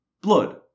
blood